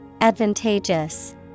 Advantageous